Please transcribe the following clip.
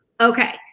Okay